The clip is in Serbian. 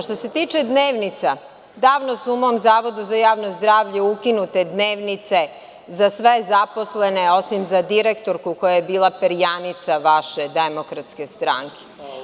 Što se tiče dnevnica, davno se u mom Zavodu za javno zdravlje ukinute dnevnice za sve zaposlene, osim za direktorku koja je bila perjanica vaše Demokratske stranke.